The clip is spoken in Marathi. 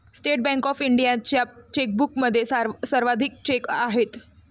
स्टेट बँक ऑफ इंडियाच्या चेकबुकमध्ये सर्वाधिक चेक आहेत